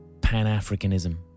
pan-Africanism